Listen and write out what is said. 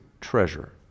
treasure